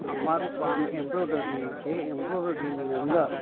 અમારું કામ એમ્બ્રોડરીનું છે એમ્બ્રોડરીની અંદર